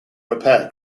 repair